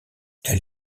elle